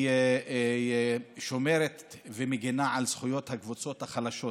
היא שומרת ומגינה על זכויות הקבוצות החלשות.